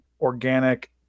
organic